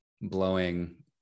blowing